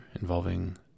involving